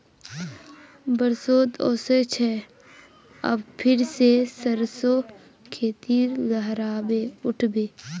बसंत ओशो छे अब फिर से सरसो खेती लहराबे उठ बे